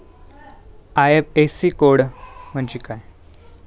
IFSC code म्हणजे काय?